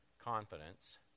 confidence